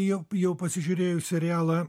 jau jau pasižiūrėjus serialą